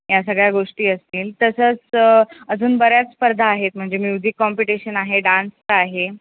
या सगळ्या गोष्टी असतील तसंच अजून बऱ्याच स्पर्धा आहेत म्हणजे म्युझिक कॉम्पिटिशन आहे डान्सचा आहे